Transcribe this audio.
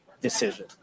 decision